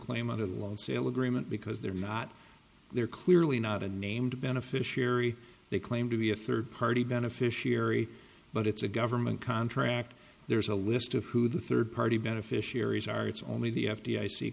claim on a loan sale agreement because they're not they're clearly not a named beneficiary they claim to be a third party beneficiary but it's a government contract there's a list of who the third party beneficiaries are it's only the f